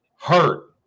hurt